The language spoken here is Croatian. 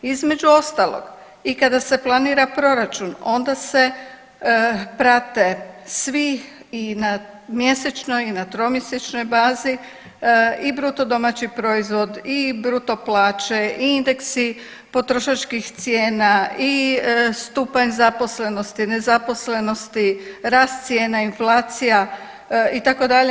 Između ostalog i kada se planira proračun onda se prate svi i na mjesečnoj i na tromjesečnoj bazi i bruto domaći proizvod i bruto plaće i indeksi potrošačkih cijena i stupanja zaposlenosti, nezaposlenosti, rast cijena inflacija itd.